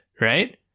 right